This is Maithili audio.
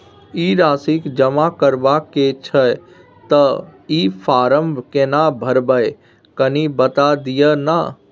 ई राशि जमा करबा के छै त ई फारम केना भरबै, कनी बता दिय न?